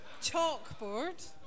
chalkboard